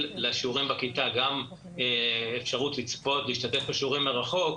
לשיעורים בכיתה גם אפשרות לצפות ולהשתתף בשיעורים מרחוק,